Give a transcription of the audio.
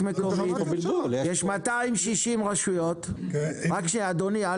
יש יותר מ- 260, כל רשות יש לה